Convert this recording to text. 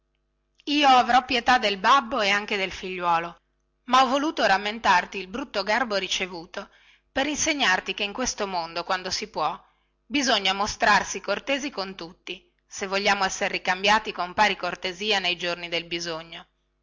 io avrò pietà del babbo e anche del figliuolo ma ho voluto rammentarti il brutto garbo ricevuto per insegnarti che in questo mondo quando si può bisogna mostrarsi cortesi con tutti se vogliamo esser ricambiati con pari cortesia nei giorni del bisogno